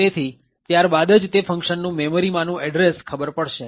તેથી ત્યારબાદ જ તે ફંકશનનું મેમરીમાંનું એડ્રેસ ખબર પડશે